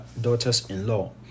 daughters-in-law